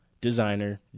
Designer